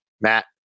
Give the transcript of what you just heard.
Matt